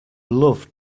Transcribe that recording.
loved